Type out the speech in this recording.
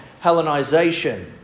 Hellenization